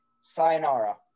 Sayonara